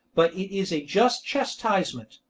but it is a just chastisement.